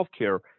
HealthCare